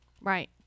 Right